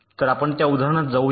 तर आपण त्या उदाहरणात परत जाऊया